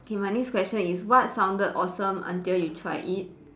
K my next question is what sounded awesome until you tried it